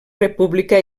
república